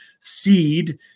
seed